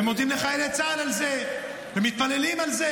ומודים לחיילי צה"ל על זה ומתפללים על זה,